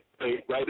Right